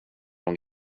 hon